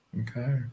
Okay